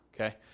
okay